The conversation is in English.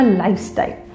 lifestyle